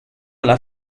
alla